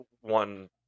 one